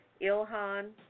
Ilhan